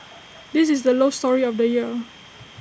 this is the love story of the year